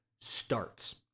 starts